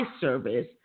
service